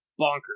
bonkers